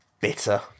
bitter